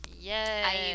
Yes